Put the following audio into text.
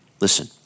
Listen